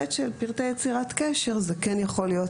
בהיבט של פרטי יצירת קשר זה כן יכול להיות